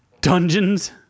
dungeons